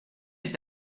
est